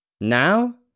Now